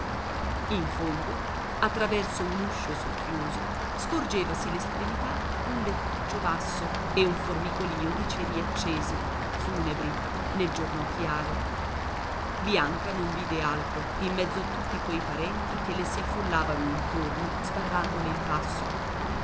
in fondo attraverso un uscio socchiuso scorgevasi l'estremità di un lettuccio basso e un formicolìo di ceri accesi funebri nel giorno chiaro bianca non vide altro in mezzo a tutti quei parenti che le si affollavano intorno sbarrandole il passo